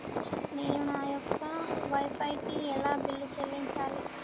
నేను నా యొక్క వై ఫై కి ఎలా బిల్లు చెల్లించాలి?